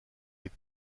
des